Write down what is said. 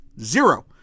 zero